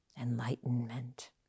enlightenment